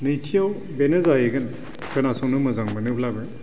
नैथियाव बेनो जाहैगोन खोनासंनो मोजां मोनोब्लाबो